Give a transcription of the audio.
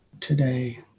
today